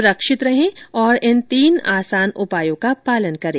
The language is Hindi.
सुरक्षित रहें और इन तीन आसान उपायों का पालन करें